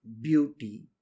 beauty